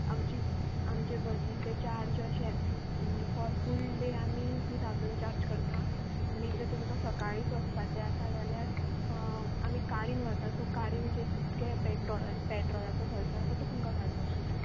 आमची आमचे बसीचे चार्ज अशे फॉर फूल डे आमी टू थावजंड चार्ज करता आनी जर तुमकां सकाळीच वचपाचे आसा जाल्यार आमी कारीन व्हरता सो कारीन जे तितके पेट्रोला पेट्रोलाचो खर्चो आसा तो तुमकां काडचो पडटा